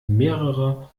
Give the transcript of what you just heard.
mehrere